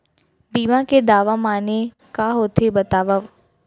बीमा के दावा माने का होथे बतावव?